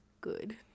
good